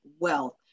wealth